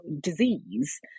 disease